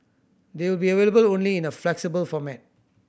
they will be available only in a flexible format